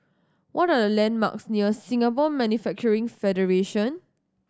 what are the landmarks near Singapore Manufacturing Federation